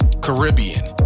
Caribbean